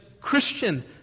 Christian